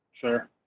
sure